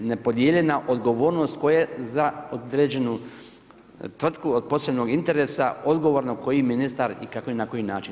Nepodijeljena odgovornost koje za određenu tvrtku od posebnog interesa, odgovorno koji ministar i kako i na koji način.